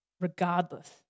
regardless